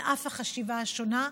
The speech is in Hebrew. על אף החשיבה השונה,